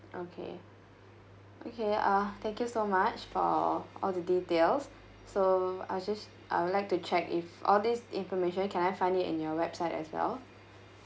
okay okay uh thank you so much for all the details so I would just I would like to check if all these information can I find it in your website as well